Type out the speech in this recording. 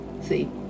see